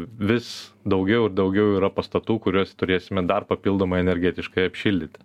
vis daugiau ir daugiau yra pastatų kuriuos turėsime dar papildomai energetiškai apšildyti